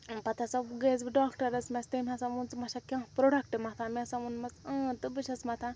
ٲں پَتہٕ ہسا گٔیَس بہٕ ڈاکٹَرَس مےٚ ہسا تٔمۍ ہسا ووٚن ژٕ ما چھیٚکھ کانٛہہ پرٛوڈکٹہٕ مَتھان مےٚ ہسا ووٚنمَس اۭں تہٕ بہٕ چھیٚس مَتھان